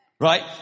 Right